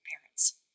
Parents